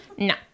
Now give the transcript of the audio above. No